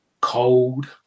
cold